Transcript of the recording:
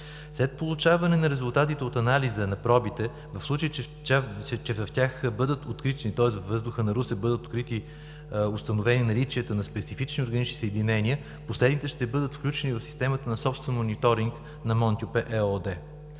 След получаване на резултатите от анализа на пробите, в случай че в тях бъдат открити, тоест във въздуха на Русе бъдат открити и установени наличията на специфични органични съединения, последните ще бъдат включени в системата на собствен мониторинг на „Мон-тюпе“ ЕООД.